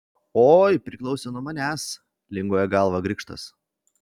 oi priklausė nuo manęs linguoja galvą grikštas